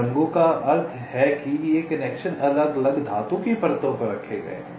रंगों का अर्थ है कि ये कनेक्शन अलग अलग धातु की परतों पर रखे गए हैं